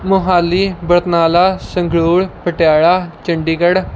Mohali Barnala Sangrur Patiala Chandigarh